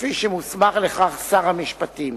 כפי שמוסמך לכך שר המשפטים.